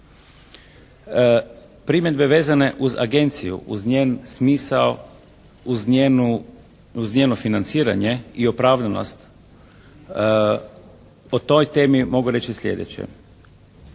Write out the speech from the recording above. Primjedbe vezane uz Agenciju uz njen smisao, uz njeno financiranje i opravdanost. O toj temi mogu reći slijedeće.